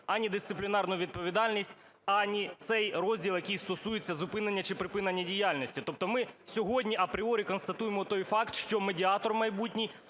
ані дисциплінарну відповідальність, ані цей розділ, який стосується зупинення чи припинення діяльності. Тобто ми сьогодні апріорі констатуємо той факт, що медіатор майбутній,